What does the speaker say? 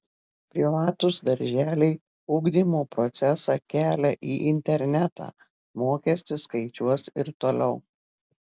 privatūs darželiai ugdymo procesą kelia į internetą mokestį skaičiuos ir toliau